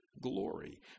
glory